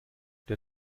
der